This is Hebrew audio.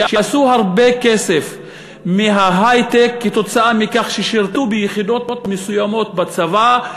שעשו הרבה כסף מההיי-טק כתוצאה מכך ששירתו ביחידות מסוימות בצבא.